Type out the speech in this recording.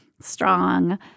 strong